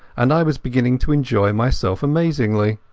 and i was beginning to enjoy myself amazingly.